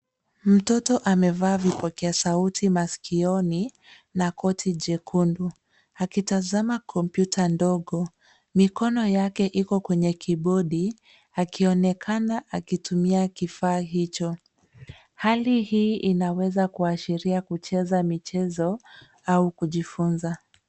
Mtoto amevaa vipokea sauti maskioni, na koti jekundu. Akitazama komputa ndogo, mikono yake iko kwenye kibodi, akionekana akitumia kifaa hicho hali hii inawezakuashiria kucheza michezo au kujifunza.